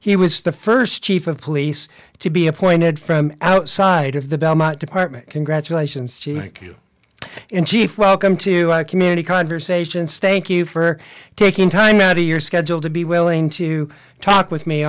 he was the st chief of police to be appointed from outside of the belmont department congratulations to you in chief welcome to our community conversation stake you for taking time out of your schedule to be willing to talk with me